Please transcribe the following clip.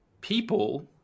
people